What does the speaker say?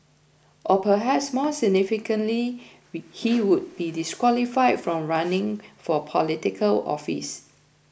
or perhaps more significantly he would be disqualified from running for Political Office